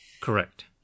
Correct